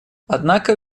однако